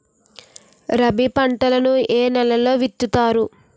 రబీ పంటలను ఏ నెలలో విత్తుతారు?